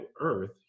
Earth